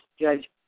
Judge